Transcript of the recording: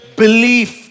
belief